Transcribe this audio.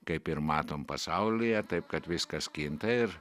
kaip ir matom pasaulyje taip kad viskas kinta ir